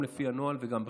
גם לפי הנוהל וגם בכלל.